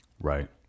right